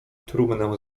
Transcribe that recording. trumnę